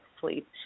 sleep